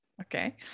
okay